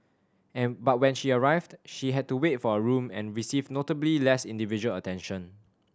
and but when she arrived she had to wait for a room and received notably less individual attention